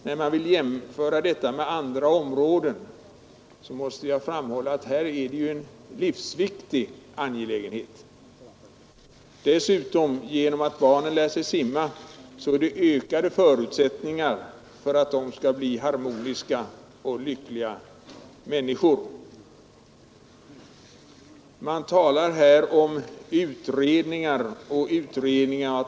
När man vill jämföra detta med andra områden måste jag framhålla, att simning är en livsviktig angelägenhet. Genom att barnen lär sig simma har de dessutom ökade förutsättningar att bli harmoniska och lyckliga människor. Det talas här om att man skall avvakta utredningar.